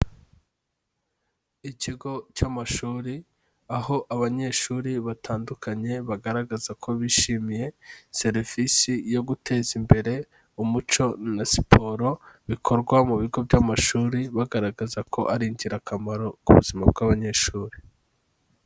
Ikigo cy'amashuri, aho abanyeshuri batandukanye bagaragaza ko bishimiye serivisi yo guteza imbere umuco na siporo bikorwa mu bigo by'amashuri, bagaragaza ko ari ingirakamaro ku buzima bw'abanyeshuri.